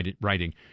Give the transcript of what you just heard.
writing